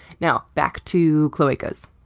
now, back to cloacas.